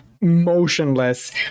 motionless